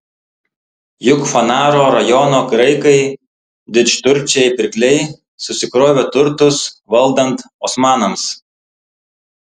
juk fanaro rajono graikai didžturčiai pirkliai susikrovė turtus valdant osmanams